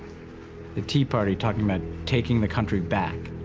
the tea party talking about taking the country back